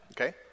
Okay